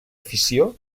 afició